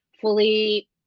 fully